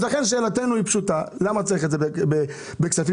לכן אנחנו שואלים שאלה פשוטה והיא למה צריך את זה בכספים